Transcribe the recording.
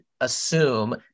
assume